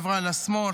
עברה לשמאל,